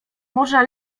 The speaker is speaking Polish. morza